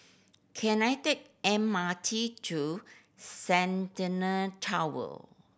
can I take M R T to Centennial Tower